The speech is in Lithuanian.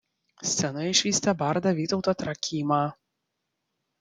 scenoje išvysite bardą vytautą trakymą